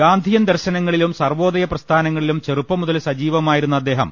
ഗാന്ധിയൻ ദർശനങ്ങളിലും സർവോദയ പ്രസ്ഥാന ങ്ങളിലും ചെറുപ്പം മുതൽ സജീവമായിരുന്ന അദ്ദേഹം